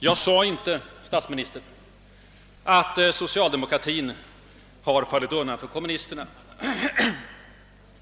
Jag sade inte, herr statsminister, att socialdemokratin har fallit undan för kommunisterna.